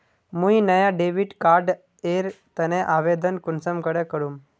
मुई नया debit card एर तने आवेदन कुंसम करे करूम?